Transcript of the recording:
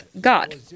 God